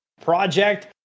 project